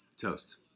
toast